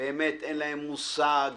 שבאמת אין להם מושג.